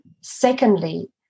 Secondly